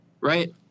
Right